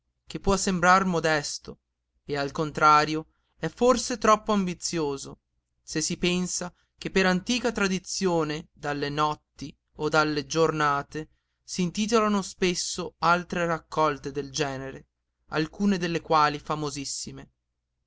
che può sembrar modesto e al contrario è forse troppo ambizioso se si pensa che per antica tradizione dalle notti o dalle giornate s'intitolarono spesso altre raccolte del genere alcune delle quali famosissime